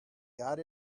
got